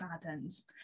patterns